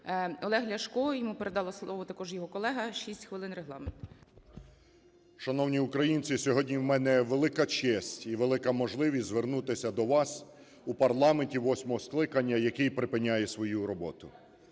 Олег Ляшко, йому передав слово також його колега, шість хвилин регламент. 12:27:10 ЛЯШКО О.В. Шановні українці, сьогодні у мене велика честь і велика можливість звернутися у парламенті восьмого скликання, який припиняє свою роботу.